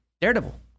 Daredevil